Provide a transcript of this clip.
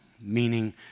meaning